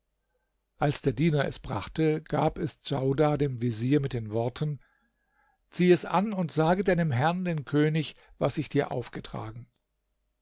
als der diener es brachte gab es djaudar dem vezier mit den worten zieh es an und sage deinem herrn dem könig was ich dir aufgetragen